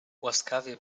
łaskawie